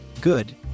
good